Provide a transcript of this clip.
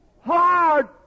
Hard